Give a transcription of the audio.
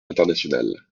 internationale